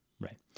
Right